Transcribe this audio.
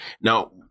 Now